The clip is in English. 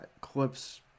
clips